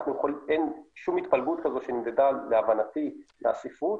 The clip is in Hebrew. אין שום התפלגות כזאת שנמדדה להבנתי מהספרות,